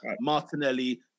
Martinelli